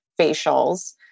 facials